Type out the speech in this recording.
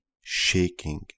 shaking